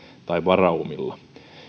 tai varaumilla